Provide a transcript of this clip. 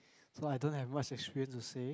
so I don't have much experience to say